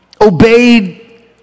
obeyed